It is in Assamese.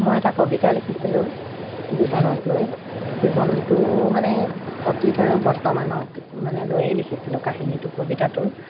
মই এটা কবিতা লিখিছিলোঁ জীৱনক লৈ জীৱনটো মানে অতীত আৰু বৰ্তমানক মানে লৈয়ে লিখিছিলোঁ কাহিনীটো কবিতাটোৰ